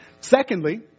Secondly